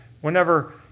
whenever